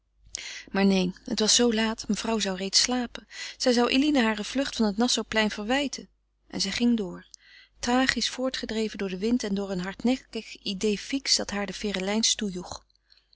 maar neen het was zoo laat mevrouw zou reeds slapen zij zou eline hare vlucht van het nassauplein verwijten en zij ging door tragisch voortgedreven door den wind en door een hardnekkig idée fixe dat haar de ferelijns toejoeg